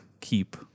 keep